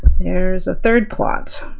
there's a third plot,